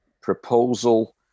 proposal